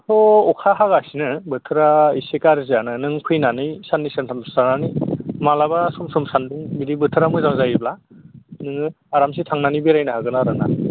दाथ' अखा हागासिनो बोथोरा एसे गाज्रियानो नों फैनानै साननै सानथामसे थानानै माब्लाबा सम सम सान्दुं बिदि बोथोरा मोजां जायोब्ला नोङो आरामसे थांनानै बेरायनो हागोन आरो ना